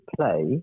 play